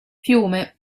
fiume